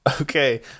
Okay